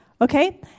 Okay